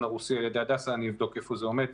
הרוסי על ידי הדסה אני אבדוק איפה זה עומד,